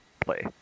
play